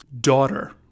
daughter